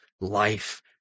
life